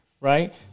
right